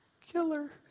Killer